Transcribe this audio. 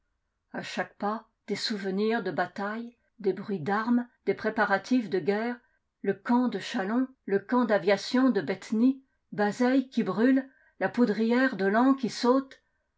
a chaque pas des souvenirs de batailles des bruits d'armes des préparatifs de guerre le camp de châlons le camp d'aviation de bétheny bazeilles qui brûle la poudrière de laon qui saute